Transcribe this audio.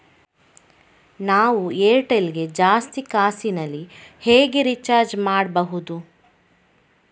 ನಾವು ಏರ್ಟೆಲ್ ಗೆ ಜಾಸ್ತಿ ಕಾಸಿನಲಿ ಹೇಗೆ ರಿಚಾರ್ಜ್ ಮಾಡ್ಬಾಹುದು?